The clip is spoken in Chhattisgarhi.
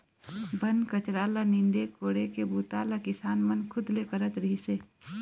बन कचरा ल नींदे कोड़े के बूता ल किसान मन खुद ले करत रिहिस हे